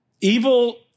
Evil